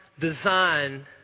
design